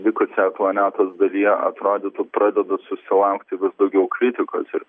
likusią planetos dalyje atrodytų pradeda susilaukti vis daugiau kritikos ir